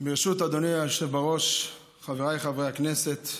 ברשות אדוני היושב-ראש, חבריי חברי הכנסת,